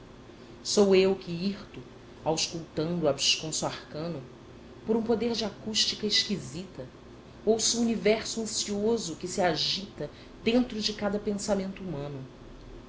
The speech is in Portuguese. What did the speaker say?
sou eu que hirto auscultando o absconso arcano por um poder de acústica esquisita ouço o universo ansioso que se agita dentro de cada pensamento humano